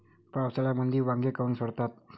पावसाळ्यामंदी वांगे काऊन सडतात?